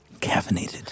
caffeinated